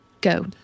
go